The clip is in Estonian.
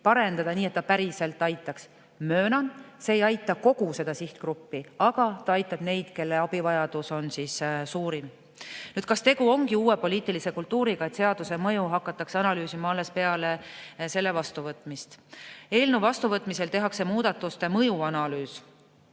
parendada, nii et see päriselt aitaks. Möönan, et see ei aita kogu sihtgruppi, aga see aitab neid, kelle abivajadus on suurim. "Kas tegu ongi uue poliitilise kultuuriga, et seaduse mõju hakatakse analüüsima alles peale selle vastuvõtmist?" Eelnõu vastuvõtmisel tehakse muudatuste mõju analüüs